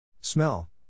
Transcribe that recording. Smell